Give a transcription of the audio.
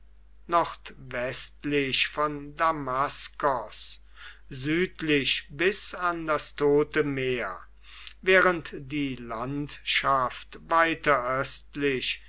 nordwestlich von damaskos südlich bis an das tote meer während die landschaft weiter östlich